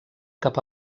cap